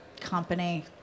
company